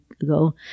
ago